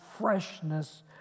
freshness